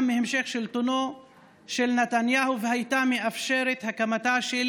מהמשך שלטונו של נתניהו והייתה מאפשרת הקמתה של